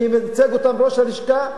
שייצג אותם ראש הלשכה.